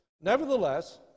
Nevertheless